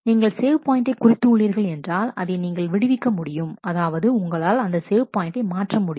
நீங்கள் சேவ் பாயிண்டைகுறித்து உள்ளீர்கள் என்றால் அதை நீங்கள் விடுவிக்க முடியும் அதாவது உங்களால் அந்தசேவ் பாயிண்டை மாற்ற முடியும்